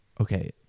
Okay